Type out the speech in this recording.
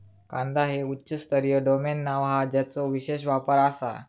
कांदा हे उच्च स्तरीय डोमेन नाव हा ज्याचो विशेष वापर आसा